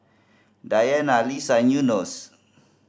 Diana Lisa and Yunos